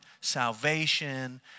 salvation